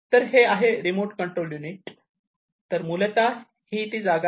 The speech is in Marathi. तर हे आहे रिमोट कंट्रोल युनिट तर मूलतः हे ते जागा आहे